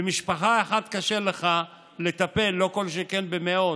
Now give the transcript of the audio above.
במשפחה אחת קשה לך לטפל, לא כל שכן במאות.